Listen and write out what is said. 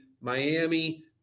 Miami